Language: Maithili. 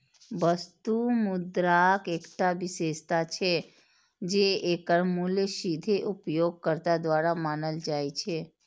वस्तु मुद्राक एकटा विशेषता छै, जे एकर मूल्य सीधे उपयोगकर्ता द्वारा मानल जाइ छै